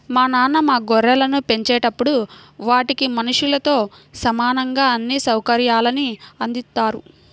మా నాన్న మా గొర్రెలను పెంచేటప్పుడు వాటికి మనుషులతో సమానంగా అన్ని సౌకర్యాల్ని అందిత్తారు